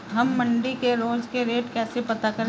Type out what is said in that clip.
हम मंडी के रोज के रेट कैसे पता करें?